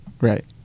right